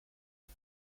and